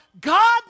God